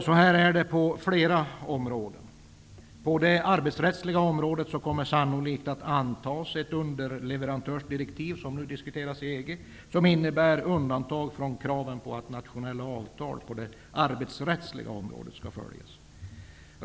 Så här är det på flera områden. På det arbetsrättsliga området kommer sannolikt det underleverantörsdirektiv som nu diskuteras i EG att antas. Detta innebär undantag från kraven på att nationella avtal på det arbetsrättsliga området skall följas.